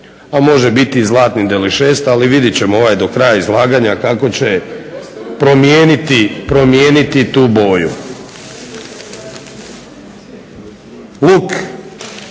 a može biti i zlatni delišes. Ali vidjet ćemo do kraja izlaganja kako će promijeniti tu boju. Luk.